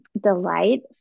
delight